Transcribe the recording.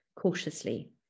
cautiously